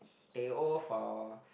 teh O for